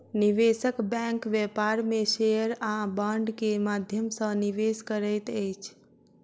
निवेशक बैंक व्यापार में शेयर आ बांड के माध्यम सॅ निवेश करैत अछि